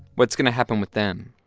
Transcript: what's going to happen with them?